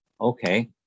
okay